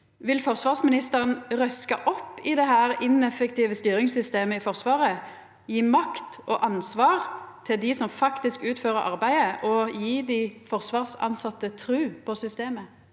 Vil forsvarsministeren røska opp i dette ineffektive styringssystemet i Forsvaret, gje makt og ansvar til dei som faktisk utfører arbeidet, og gje dei forsvarstilsette tru på systemet?